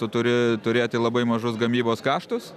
tu turi turėti labai mažus gamybos kaštus